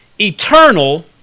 eternal